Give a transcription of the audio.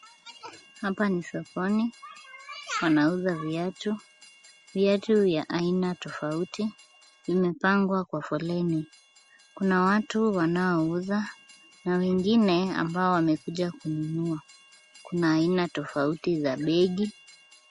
Hapa ni sokoni, panauzwa viatu. Viatu vya aina tofauti imepangwa kwa foleni. Kuna watu wanao uza na wengine ambao wamekuja kununua. Kuna aina tofauti za bag .